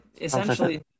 essentially